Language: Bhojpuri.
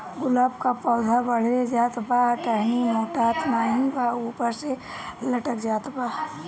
गुलाब क पौधा बढ़ले जात बा टहनी मोटात नाहीं बा ऊपर से लटक जात बा?